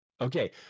Okay